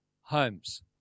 homes